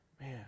Man